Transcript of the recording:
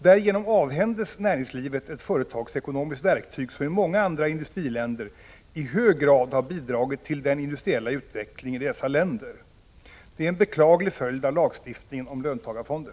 Därigenom avhänds vårt näringsliv ett företagsekonomiskt verktyg som i många andra industriländer i hög grad har bidragit till den industriella utvecklingen i dessa länder. Detta är en beklaglig följd av lagstiftningen om löntagarfonder.